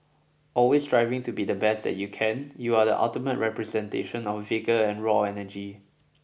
always striving to be the best that you can be you are the ultimate representation of vigour and raw energy